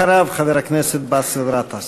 אחריו, חבר הכנסת באסל גטאס,